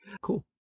Cool